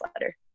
letter